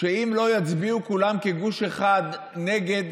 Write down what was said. שאם לא יצביעו כולם כגוש אחד נגד